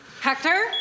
Hector